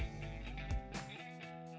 and